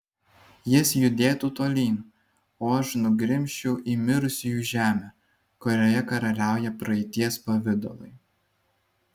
jis judėtų tolyn o aš nugrimzčiau į mirusiųjų žemę kurioje karaliauja praeities pavidalai